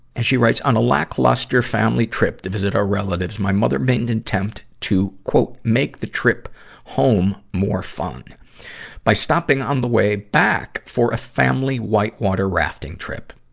and she writes, on a lackluster family trip to visit our relatives, my mother made an and and attempt to make the trip home more fun by stopping on the way back for a family whitewater rafting trip.